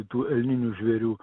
tų elninių žvėrių